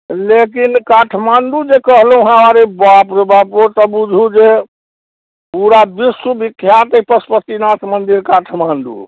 लेकिन काठमाण्डू जे कहलहुँ हँ अरे बाप रे बाप ओतऽ बुझू जे पूरा विश्व विख्यात अइ पशुपतिनाथ मन्दिर काठमाण्डू